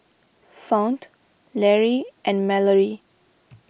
Fount Lary and Mallory